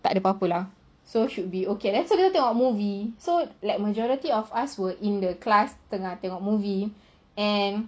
tak ada apa-apa lah so should be okay so kita tengok movie so like majority of us were in the class tengah tengok movie and